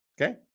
Okay